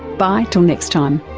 bye till next time